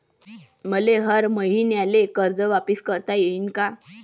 मले हर मईन्याले कर्ज वापिस करता येईन का?